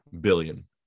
billion